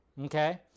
Okay